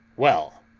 well,